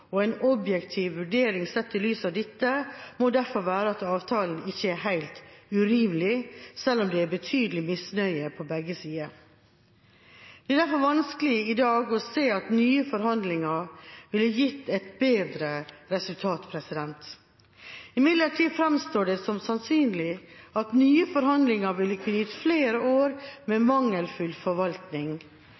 og en objektiv vurdering, sett i lys av dette, må derfor være at avtalen ikke er helt urimelig, selv om det er betydelig misnøye på begge sider. Det er derfor vanskelig i dag å se at nye forhandlinger ville gitt et bedre resultat. Imidlertid framstår det som sannsynlig at nye forhandlinger ville kunne gitt flere år med mangelfull forvaltning.